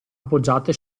appoggiate